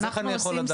אז איך אני יכול לדעת?